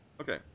Okay